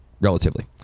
relatively